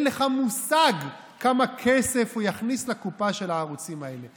לך מושג כמה כסף הוא יכניס לקופה של הערוצים האלה.